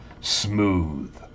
smooth